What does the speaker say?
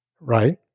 right